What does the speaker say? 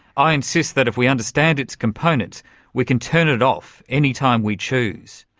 i insist that if we understand its components we can turn it off any time we choose.